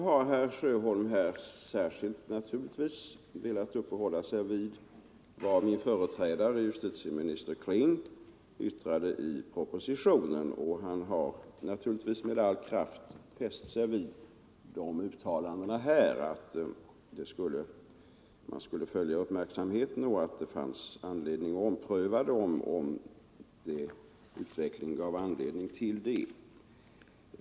Herr Sjöholm har särskilt uppehållit sig vid vad min företrädare, justitieminister Kling, yttrade i propositionen och — naturligtvis — med all kraft hållit fast vid uttalandet i propositionen att man med uppmärksamhet skulle följa utvecklingen och ompröva bestämmelserna om utvecklingen gav anledning till det.